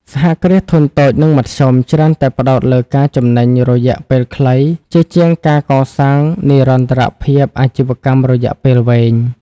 សហគ្រាសធុនតូច និងមធ្យម ច្រើនតែផ្ដោតលើការចំណេញរយៈពេលខ្លី ជាជាងការកកសាងនិរន្តរភាពអាជីវកម្មរយៈពេលវែង។